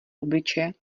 obličeje